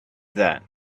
that